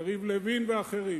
יריב לוין ואחרים.